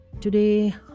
today